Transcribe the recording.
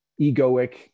egoic